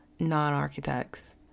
non-architects